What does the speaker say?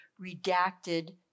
redacted